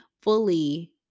fully